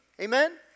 amen